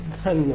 धन्यवाद